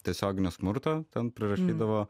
tiesioginio smurto ten prirašydavo